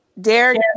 Derek